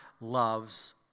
loves